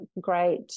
great